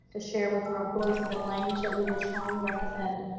to share with our employees in the language that we will strongly recommend,